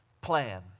plan